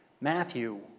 Matthew